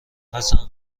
حسن